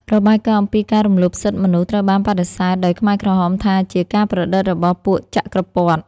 របាយការណ៍អំពីការរំលោភសិទ្ធិមនុស្សត្រូវបានបដិសេធដោយខ្មែរក្រហមថាជា «ការប្រឌិតរបស់ពួកចក្រពត្តិ»។